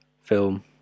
film